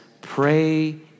pray